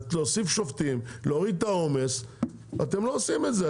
להוסיף שופטים ולהוריד את העומס אתם לא עושים את זה.